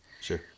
Sure